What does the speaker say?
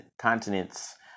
continents